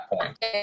point